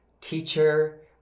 teacher